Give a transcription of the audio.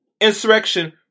insurrection